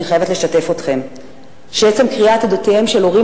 אני חייבת לשתף אתכם שעצם קריאת עדויותיהם של הורים